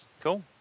Cool